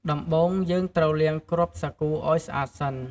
ដំបូង យើងត្រូវលាងគ្រាប់សាគូឲ្យស្អាតសិន។